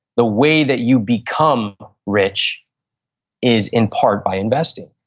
the way that you become rich is in part by investing.